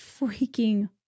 freaking